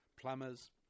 plumbers